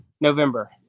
november